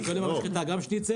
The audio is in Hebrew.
אני קונה מהמשחטה גם שניצל.